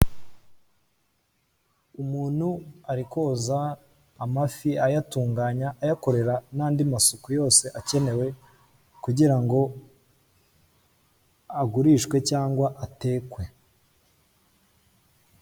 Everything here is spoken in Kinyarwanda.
Umuntu ari koza amafi ayatunganya, ayakorera nandi masuku yose akenewe kugira ngo agurishwe cyangwa atekwe.